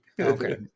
Okay